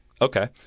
Okay